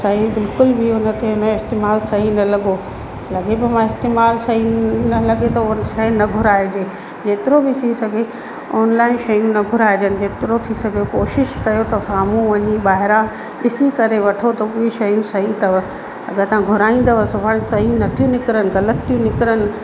असांजी बिल्कुल बि हुन ते न इस्तेमालु सही न लॻो लॻे पियो मां इस्तेमालु सही न लॻे त उहो शइ न घुराइजे जेतिरो बि थी सघे ऑनलाइन शयूं न घुराइजनि जेतिरो थी सघे कोशिशि कयो त साम्हूं वञी ॿाहिरां ॾिसी करे वठो त उहे शयूं सही अथव अगरि तव्हां घुराईंदव सुभाणे सही नथियूं निकिरनि गलति थियूं निकिरनि